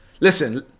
Listen